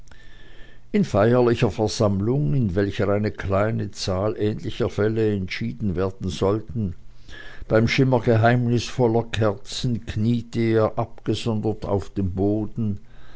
in feierlicher versammlung in welcher eine kleine zahl ähnlicher fälle entschieden werden sollte beim schimmer geheimnisvoller kerzen kniete er abgesondert auf dem boden